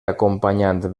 acompanyant